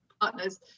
partners